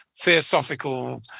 theosophical